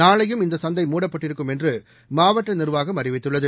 நாளையும் இந்த சந்தை மூடப்பட்டிருக்கும் என்று மாவட்ட நிர்வாகம் அறிவித்துள்ளது